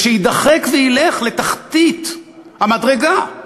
ושיידחק וילך לתחתית המדרגה.